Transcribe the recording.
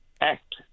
Act